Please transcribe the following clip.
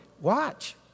watch